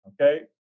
Okay